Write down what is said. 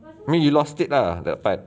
mean he lost it lah tak dapat